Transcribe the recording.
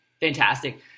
Fantastic